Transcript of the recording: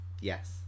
Yes